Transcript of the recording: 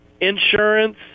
insurance